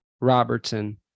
Robertson